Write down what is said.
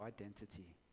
identity